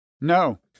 No